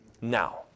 Now